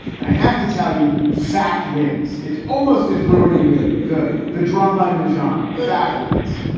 and i have to tell you. fact winds, it's almost is ruining the the drama in the genre of fact wins.